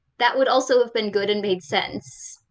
that would also have been good and made sense.